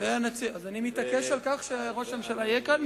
אני מתעקש על כך שראש הממשלה יהיה כאן,